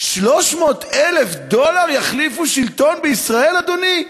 300,000 דולר יחליפו שלטון בישראל, אדוני?